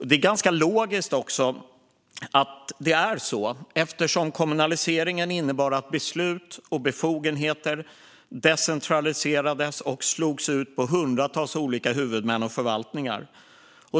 Det är logiskt att det är så eftersom kommunaliseringen innebar att beslut och befogenheter decentraliserades och slogs ut på hundratals olika huvudmän och förvaltningar.